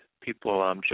people